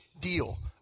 deal